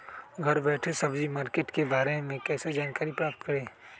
घर बैठे सब्जी मार्केट के बारे में कैसे जानकारी प्राप्त करें?